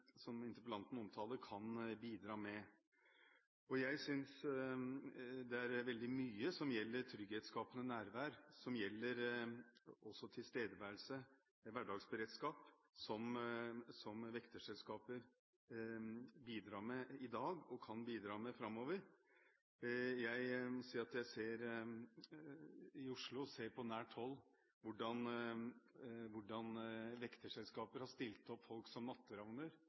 som interpellanten omtaler, kan bidra med. Jeg synes det er veldig mye som gjelder trygghetsskapende nærvær – som også gjelder tilstedeværelse og hverdagsberedskap – som vekterselskaper bidrar med i dag og kan bidra med framover. Jeg må si at jeg i Oslo på nært hold ser hvordan vekterselskaper har stilt opp folk som natteravner,